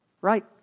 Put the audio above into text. Right